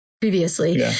Previously